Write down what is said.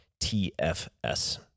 TFS